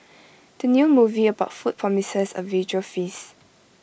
the new movie about food promises A visual feast